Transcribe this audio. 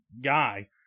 guy